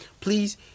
Please